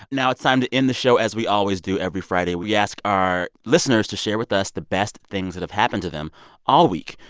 now it's time to end the show as we always do every friday. we ask our listeners to share with us the best things that have happened to them all week.